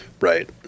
Right